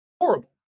horrible